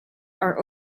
are